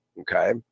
Okay